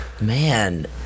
Man